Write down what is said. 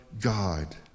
God